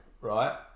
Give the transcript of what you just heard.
Right